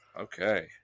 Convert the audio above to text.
Okay